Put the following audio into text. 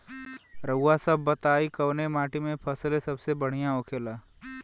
रउआ सभ बताई कवने माटी में फसले सबसे बढ़ियां होखेला?